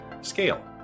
scale